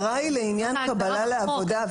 ההגדרה היא לעניין קבלה לעבודה.